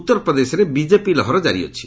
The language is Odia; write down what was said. ଉତ୍ତରପ୍ରଦେଶରେ ବିଜେପି ଲହର ଜାରି ଅଛି